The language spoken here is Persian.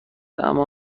اما